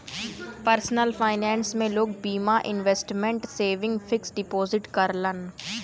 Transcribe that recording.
personal finance में लोग बीमा, इन्वेसमटमेंट, सेविंग, फिक्स डिपोजिट करलन